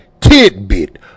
tidbit